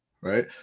right